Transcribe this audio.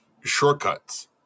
shortcuts